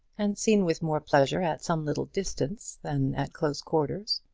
and seen with more pleasure at some little distance than at close quarters.